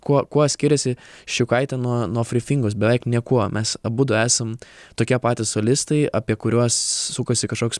kuo kuo skiriasi ščiukaitė nuo nuo frį fingos beveik niekuo mes abudu esam tokie patys solistai apie kuriuos sukasi kažkoks